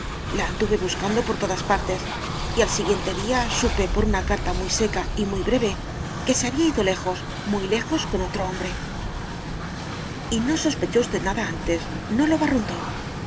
la anduve buscando por todas partes y al siguiente día supe por una carta muy seca y muy breve que se había ido lejos muy lejos con otro hombre y no sospechó usted nada antes no lo barruntó